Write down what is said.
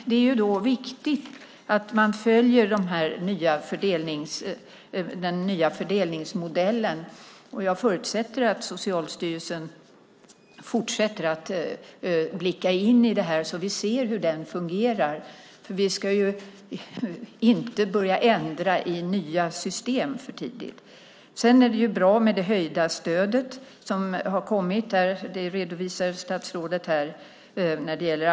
Det är viktigt att man följer den nya fördelningsmodellen. Jag förutsätter att Socialstyrelsen fortsätter att blicka in i den så att vi ser hur det fungerar. Vi ska inte börja ändra i nya system för tidigt. Det är bra med det stöd som har kommit för Arbetsförmedlingen som statsrådet redovisade här.